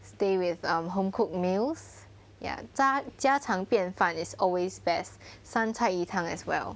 stay with um home cooked meals ya 咋家常便饭 it's always best 三菜一汤 as well